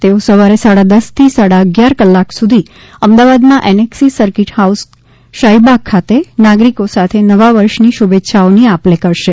તેઓ સવારે સાડા દસથી સાડા અગિયાર કલાક સુધી અમદાવાદમાં એનેક્ષી સરકીટ હાઉસ શાફીબાગ ખાતે નાગરિકો સાથે નવા વર્ષની શુભેચ્છાઓની આપ લે કરશે